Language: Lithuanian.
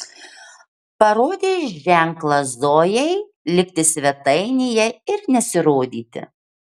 parodė ženklą zojai likti svetainėje ir nesirodyti